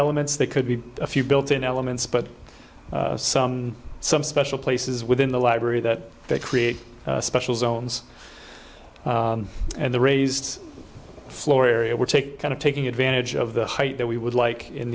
elements that could be a few built in elements but some some special places within the library that they create special zones and the raised floor area would take kind of taking advantage of the height that we would like in